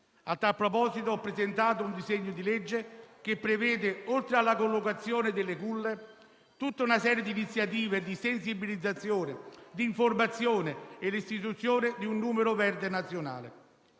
A tal proposito ho presentato un disegno di legge che prevede, oltre alla collocazione delle culle, tutta una serie di iniziative di sensibilizzazione e di informazione e l'istituzione di un numero verde nazionale.